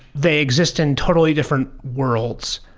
they exist in totally different worlds.